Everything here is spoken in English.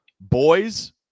boys